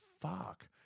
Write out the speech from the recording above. fuck